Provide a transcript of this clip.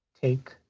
take